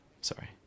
Sorry